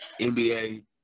NBA